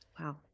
Wow